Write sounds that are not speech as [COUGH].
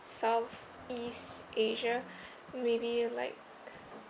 south east asia [BREATH] maybe like